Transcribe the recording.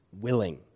willing